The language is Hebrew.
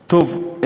טוב.